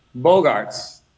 bogarts